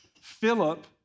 Philip